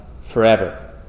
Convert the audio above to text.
forever